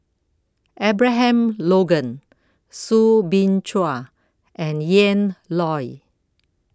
Abraham Logan Soo Bin Chua and Ian Loy